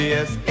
Yes